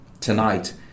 tonight